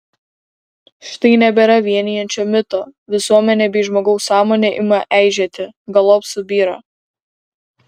štai nebėra vienijančio mito visuomenė bei žmogaus sąmonė ima eižėti galop subyra